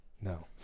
No